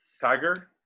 Tiger